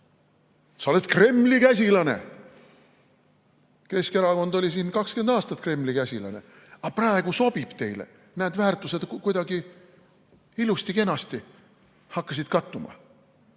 Sa oled Kremli käsilane! Keskerakond oli siin 20 aastat Kremli käsilane, aga praegu sobib teile. Näed, väärtused kuidagi ilusti-kenasti hakkasid kattuma.